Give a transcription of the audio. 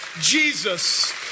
Jesus